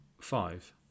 five